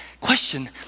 question